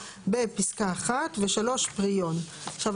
בפסקה (1); (3) פריון (prion); עכשיו,